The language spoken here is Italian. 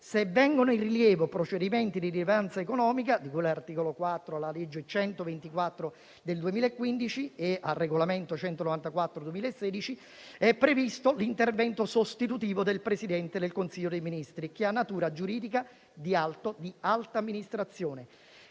Se vengono in rilievo procedimenti rilevanza economica di cui all'articolo 4 della legge n. 124 del 2015 e al regolamento n. 194 del 2016, è previsto l'intervento sostitutivo del Presidente del Consiglio dei ministri, che ha natura giuridica di alta amministrazione.